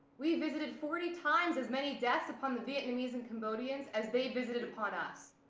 we visited forty times as many deaths upon the vietnamese and cambodians as they visited upon us.